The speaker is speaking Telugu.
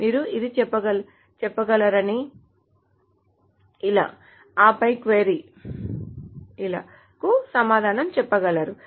మీరు ఇది చెప్పగలరని ఆపై క్వరీ కు సమాధానం చెప్పగలరు